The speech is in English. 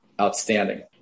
outstanding